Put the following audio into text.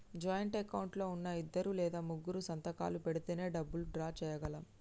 joint account లో ఉన్నా ఇద్దరు లేదా ముగ్గురూ సంతకాలు పెడితేనే డబ్బులు డ్రా చేయగలం